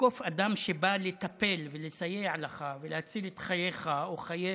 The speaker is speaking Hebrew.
לתקוף אדם שבא לטפל בך ולסייע לך ולהציל את חייך או את חיי